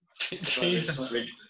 Jesus